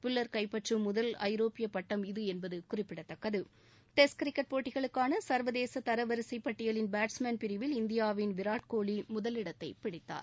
புல்லா் கைப்பற்றும் முதல் ஐரோப்பிய பட்டம் இது என்பது குறிப்பிடத்தக்கது டெஸ்ட் கிரிக்கெட் போட்டிகளுக்கான சர்வதேச தரவரிசைப் பட்டியலின் பேட்ஸ்மேன் பிரிவில் இந்தியாவின் விராட் கோலி முதலிடத்தை பிடித்துள்ளார்